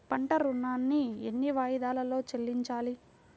పంట ఋణాన్ని ఎన్ని వాయిదాలలో చెల్లించాలి?